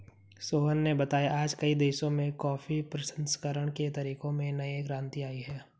सोहन ने बताया आज कई देशों में कॉफी प्रसंस्करण के तरीकों में नई क्रांति आई है